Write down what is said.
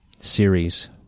series